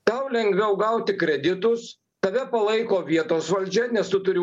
tau lengviau gauti kreditus tave palaiko vietos valdžia nes tu turi